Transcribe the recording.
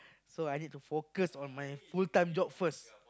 so I need to focus on my full time job first